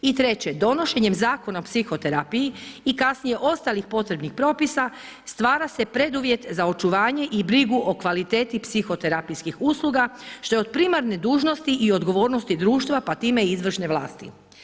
I treće, donošenjem Zakona o psihoterapiji i kasnije ostalih potrebnih propisa stvara se preduvjet za očuvanje i brigu o kvaliteti psihoterapijskih usluga što je od primarne dužnosti i odgovornosti društva pa time i izvršne vlasti.